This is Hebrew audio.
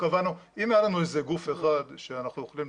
אם היה לנו איזה גוף אחד שהיינו יכולים